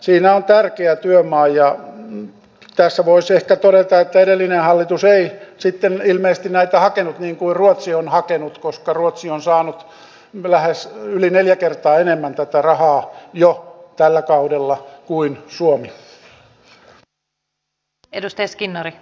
siinä on tärkeä työmaa ja tässä voisi ehkä todeta että edellinen hallitus ei sitten ilmeisesti näitä hakenut niin kuin ruotsi on hakenut koska ruotsi on saanut yli neljä kertaa enemmän tätä rahaa jo tällä kaudella kuin suomi